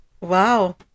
wow